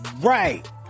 right